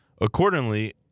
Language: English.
Accordingly